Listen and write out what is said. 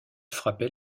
frappait